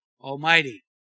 Almighty